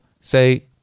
say